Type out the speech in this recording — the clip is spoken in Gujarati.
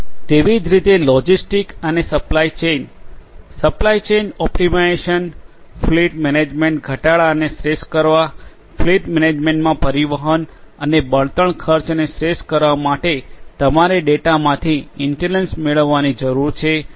તેવી જ રીતે લોજિસ્ટિક્સ અને supply chain supply chain optimization fleet management ઘટાડાને શ્રેષ્ઠ કરવા ફ્લીટ મૅનેજમૅન્ટમાં પરિવહન અને બળતણ ખર્ચને શ્રેષ્ઠ કરવા માટે તમારે ડેટામાંથી ઇન્ટેલિજન્સ મેળવવાની જરૂર પડે છે